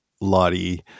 Lottie